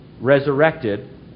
resurrected